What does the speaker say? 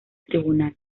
tribunal